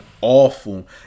awful